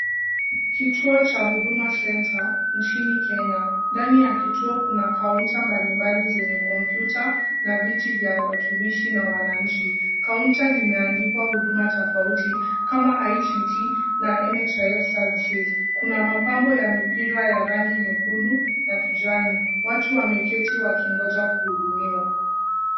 Kituo cha huduma centre nchini Kenya. Ndani ya kituo kuna kaunta mbalimbali zenye komputa na viti vya watumishi na wananchi. Kaunta zimeandikwa huduma tofauti kama ICT na NHIF Services. Kuna mapambo ya mipira ya rangi nyekundu na kijani. Watu wameketi wakingoja kuhudumiwa.